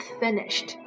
finished